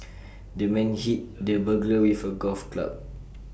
the man hit the burglar with A golf club